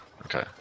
Okay